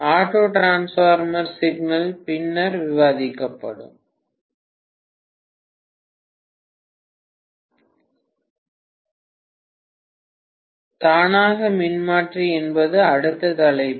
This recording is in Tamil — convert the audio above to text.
ஆட்டோ டிரான்ஸ்பார்மர் சிக்கல் பின்னர் விவாதிக்கப்படும் தானாக மின்மாற்றி என்பது அடுத்த தலைப்பு